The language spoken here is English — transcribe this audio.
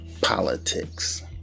politics